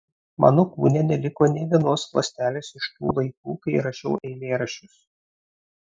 mano kūne neliko nė vienos ląstelės iš tų laikų kai rašiau eilėraščius